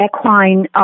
equine